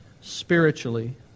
spiritually